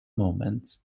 moments